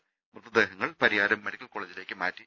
് മൃതദേഹങ്ങൾ പരിയാരം മെഡിക്കൽ കോളേജിലേക്ക് മാറ്റി